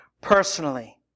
personally